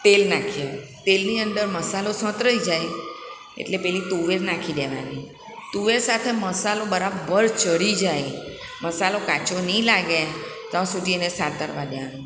તેલ નાખીએ તેલની અંદર મસાલો સોતરાઈ જાય એટલે પેલી તુવેર નાખી દેવાની તુવેર સાથે મસાલો બરાબર ચડી જાય મસાલો કાચો નહીં લાગે તાં સુધી એને સાતરવા દેવાનું